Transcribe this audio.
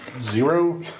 Zero